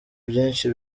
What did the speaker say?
byinshi